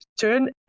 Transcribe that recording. turn